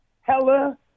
Hella